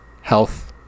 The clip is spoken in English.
health